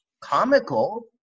Comical